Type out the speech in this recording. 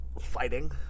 fighting